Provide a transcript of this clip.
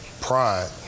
Pride